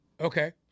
Okay